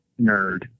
nerd